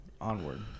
onward